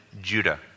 Judah